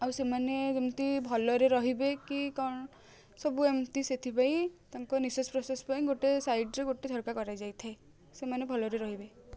ଆଉ ସେମାନେ ଯେମିତି ଭଲରେ ରହିବେ କି କ'ଣ ସବୁ ଏମିତି ସେଥିପାଇଁ ତାଙ୍କ ନିଃଶ୍ୱାସ ପ୍ରଶ୍ୱାସ ପାଇଁ ଗୋଟେ ସାଇଟରେ ଗୋଟେ ଝରକା କରାଯାଇଥାଏ ସେମାନେ ଭଲରେ ରହିବେ